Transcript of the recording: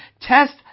Test